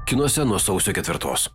kinuose nuo sausio ketvirtos